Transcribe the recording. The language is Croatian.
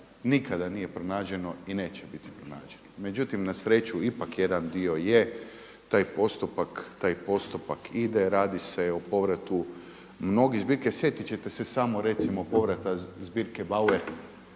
nikada nije pronađeno i neće biti pronađeno. Međutim, na sreću ipak jedan dio je, taj postupak ide, radi se o povratu mnoge zbirke. Sjetit ćete se samo recimo povrata zbirke Bauer